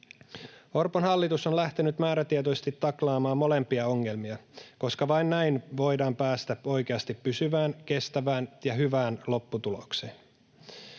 Orpon hallitus on lähtenyt määrätietoisesti taklaamaan molempia ongelmia, koska vain näin voidaan päästä oikeasti pysyvään, kestävään ja hyvään lopputulokseen.